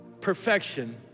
perfection